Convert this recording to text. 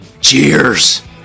Cheers